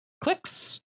clicks